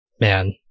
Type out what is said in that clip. man